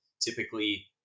typically